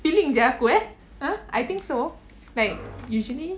feeling jer aku eh I think so like usually